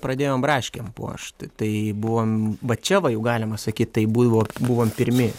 pradėjom braškėm puošti tai buvom va čia va jau galima sakyt tai buvo buvom pirmi